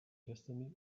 destiny